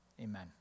amen